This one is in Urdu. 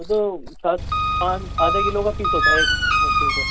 وہ تو سات آدھے کلو کا پیس ہوتا ہے ایک مشکل سے